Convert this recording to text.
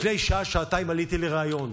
לפני שעה-שעתיים עליתי לריאיון,